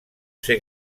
ser